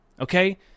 okay